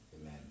Amen